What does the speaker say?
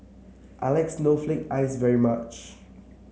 I like Snowflake Ice very much